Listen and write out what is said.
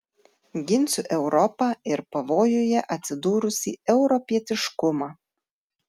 ginsiu europą ir pavojuje atsidūrusį europietiškumą